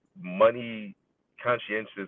money-conscientious